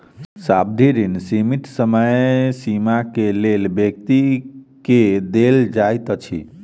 सावधि ऋण सीमित समय सीमा के लेल व्यक्ति के देल जाइत अछि